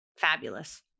fabulous